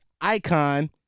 Icon